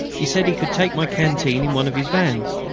he said he could take my canteen in one of his vans.